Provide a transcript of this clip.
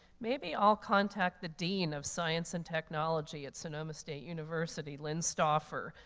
maybe i'll contact the dean of science and technology at sonoma state university, lynn stauffer.